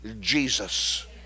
Jesus